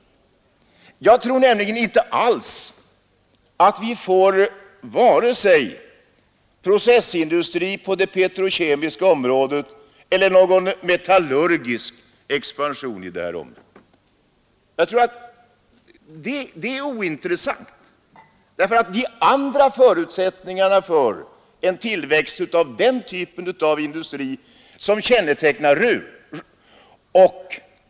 Jag tror inte alls att vi får vare sig någon processindustri på det petrokemiska området eller någon metallurgisk expansion i den här trakten. Och hela tanken är ointressant, eftersom de andra förutsättningarna för en tillväxt av den typ av industri som kännetecknar Ruhr inte existerar.